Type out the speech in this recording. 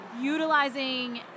utilizing